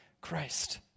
Christ